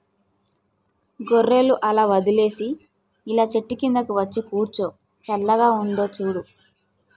గొర్రెలు అలా వదిలేసి ఇలా చెట్టు కిందకు వచ్చి కూర్చో చల్లగా ఉందో చూడు